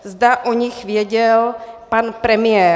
Zda o nich věděl pan premiér.